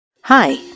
Hi